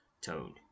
tone